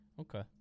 okay